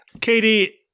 Katie